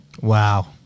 Wow